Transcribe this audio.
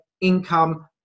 income